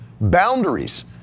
boundaries